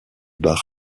barres